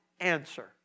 answer